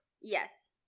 Yes